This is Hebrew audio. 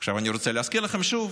אני רוצה להזכיר לכם שוב